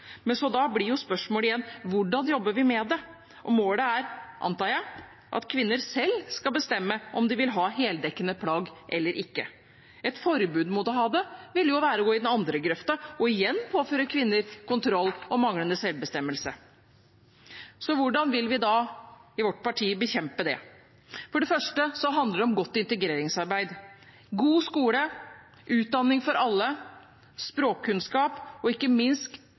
Da blir jo spørsmålet igjen: Hvordan jobber vi med det? Målet er, antar jeg, at kvinner selv skal bestemme om de vil ha heldekkende plagg eller ikke. Et forbud mot å ha det vil jo være å gå i den andre grøfta og igjen påføre kvinner kontroll og manglende selvbestemmelse. Hvordan vil vi i vårt parti bekjempe det? For det første handler det om godt integreringsarbeid. God skole, utdanning for alle, språkkunnskap og ikke minst